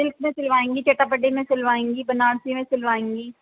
silk میں سلوائیں گی چٹاپٹی میں سلوائیں گی بنارسی میں سلوائیں گی